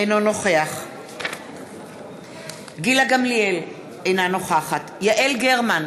אינו נוכח גילה גמליאל, אינה נוכחת יעל גרמן,